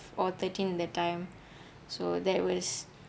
or thirteen in that time so that was